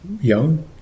young